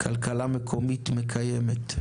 "כלכלה מקומית מקיימת".